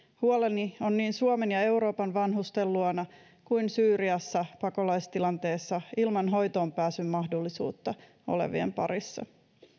huoleni on niin suomen ja euroopan vanhusten luona kuin syyriassa pakolaistilanteessa ilman hoitoonpääsyn mahdollisuutta olevien parissa